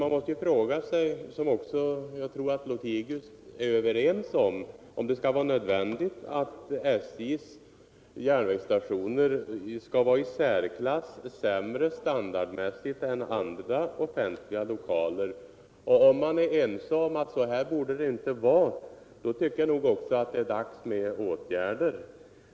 Man måste fråga sig — och det tror jag herr Lothigius instämmer i — om det departementets är nödvändigt att SJ:s järnvägsstationer skall ha en i särklass sämre standard verksamhetsomän andra offentliga lokaler. Är man ense om att det inte bör vara på det sättet, råde tycker jag också att det är dags för åtgärder.